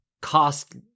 cost